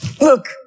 look